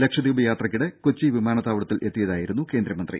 ലക്ഷദ്വീപ് യാത്രക്കിടെ കൊച്ചി വിമാനത്താവളത്തിൽ എത്തിയതായിരുന്നു കേന്ദ്രമന്ത്രി